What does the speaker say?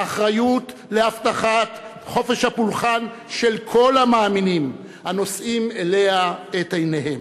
האחריות להבטחת חופש הפולחן של כל המאמינים הנושאים אליה את עיניהם,